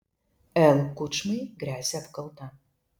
l kučmai gresia apkalta